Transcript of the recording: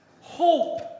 hope